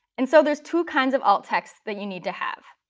and so there's two kinds of alt texts that you need to have.